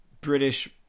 British